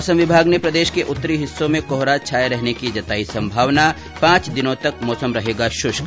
मौसम विभाग ने प्रदेश के उत्तरी हिस्सों में कोहरा छाये रहने की जताई संभावना पांच दिनों तक मौसम रहेगा श्ष्क